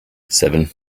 seven